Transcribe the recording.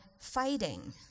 fighting